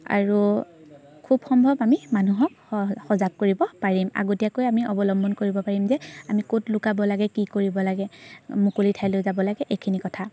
আৰু খুব সম্ভৱ আমি মানুহক সজাগ কৰিব পাৰিম আগতীয়াকৈ আমি অৱলম্বন কৰিব পাৰিম যে আমি ক'ত লুকাব লাগে কি কৰিব লাগে মুকলি ঠাইলৈ যাব লাগে এইখিনি কথা